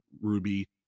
Ruby